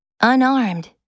Unarmed